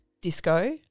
disco